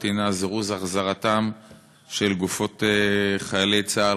היא זירוז החזרתן של גופות חיילי צה"ל,